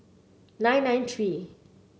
nine nine three